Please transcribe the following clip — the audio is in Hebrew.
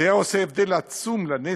זה עושה הבדל עצום לנטו,